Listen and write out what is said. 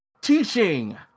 Teaching